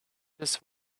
this